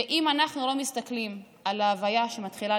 ואם אנחנו לא מסתכלים על ההוויה שמתחילה